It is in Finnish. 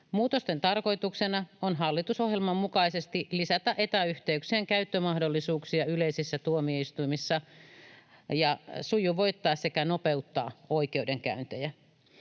Muutosten tarkoituksena on hallitusohjelman mukaisesti lisätä etäyhteyksien käyttömahdollisuuksia yleisissä tuomioistuimissa ja sujuvoittaa sekä nopeuttaa oikeudenkäyntejä.